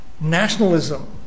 Nationalism